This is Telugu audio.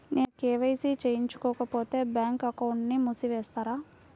నేను కే.వై.సి చేయించుకోకపోతే బ్యాంక్ అకౌంట్ను మూసివేస్తారా?